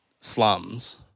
slums